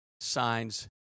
signs